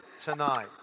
tonight